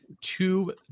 two